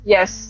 Yes